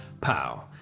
Pow